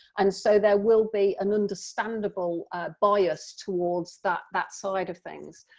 and so there will be an understandable bias towards that that side of things,